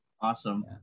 Awesome